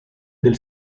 del